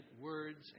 words